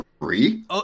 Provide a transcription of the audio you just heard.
three